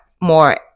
more